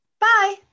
bye